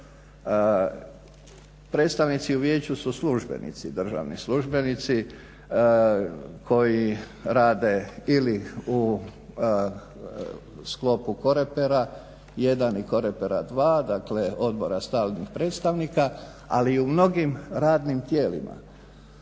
Predstavnici u vijeću su službenici, državni službenici koji rade ili u sklopu COREPER 1 i COREPER 2 dakle odbora stalnih predstavnika ali i u mnogim radnim tijelima.